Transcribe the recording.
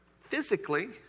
physically